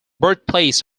birthplace